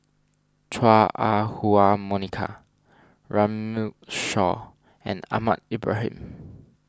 Chua Ah Huwa Monica Runme Shaw and Ahmad Ibrahim